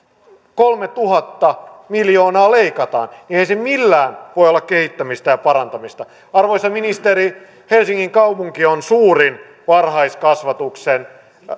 kolmetuhatta miljoonaa leikataan niin eihän se millään voi olla kehittämistä ja parantamista arvoisa ministeri helsingin kaupunki on suurin varhaiskasvatuksen